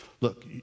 Look